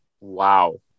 Wow